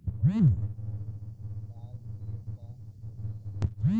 Cold भण्डार गृह का होखेला?